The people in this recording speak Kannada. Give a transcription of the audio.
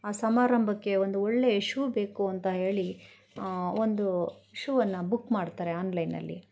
ಆ ಸಮಾರಂಭಕ್ಕೆ ಒಂದು ಒಳ್ಳೆಯ ಶೂ ಬೇಕು ಅಂತ ಹೇಳಿ ಒಂದು ಶೂವನ್ನು ಬುಕ್ ಮಾಡ್ತಾರೆ ಆನ್ಲೈನಲ್ಲಿ